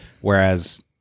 Whereas